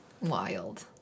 wild